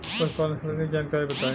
पशुपालन सबंधी जानकारी बताई?